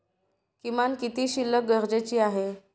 किमान किती शिल्लक गरजेची आहे?